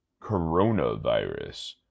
coronavirus